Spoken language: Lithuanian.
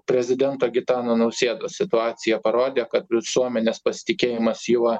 prezidento gitano nausėdos situacija parodė kad visuomenės pasitikėjimas juo